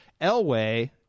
Elway